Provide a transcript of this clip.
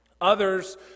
Others